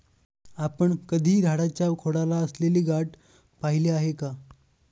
आपण कधी झाडाच्या खोडाला असलेली गाठ पहिली आहे का?